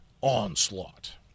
Onslaught